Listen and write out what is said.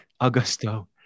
Augusto